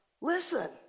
Listen